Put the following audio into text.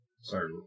Sorry